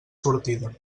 sortida